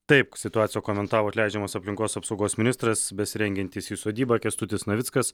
taip situaciją komentavo atleidžiamas aplinkos apsaugos ministras besirengiantis į sodybą kęstutis navickas